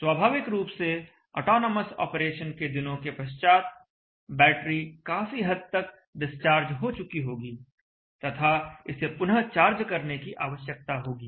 स्वाभाविक रूप से ऑटोनॉमस ऑपरेशन के दिनों के पश्चात बैटरी काफी हद तक डिस्चार्ज हो चुकी होगी तथा इसे पुनः चार्ज करने की आवश्यकता होगी